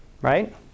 right